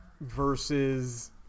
versus